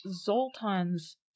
Zoltan's